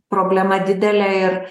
problema didelė ir